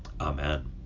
Amen